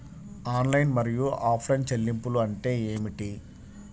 Online మరియు offline చెల్లింపులు అంటే ఏమిటి?